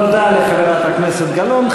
תודה לחברת הכנסת גלאון.